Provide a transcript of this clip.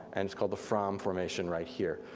and it's called the fram formation right here.